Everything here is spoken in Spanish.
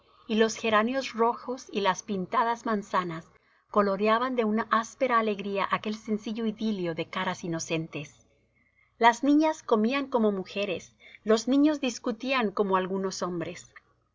y los geranios rojos y las pintadas manzanas coloreaban de una áspera alegría aquel sencillo idilio de caras inocentes las niñas comían como mujeres los niños discutían como algunos hombres